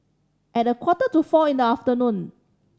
at a quarter to four in the afternoon